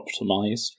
optimized